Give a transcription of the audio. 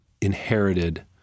inherited